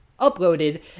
uploaded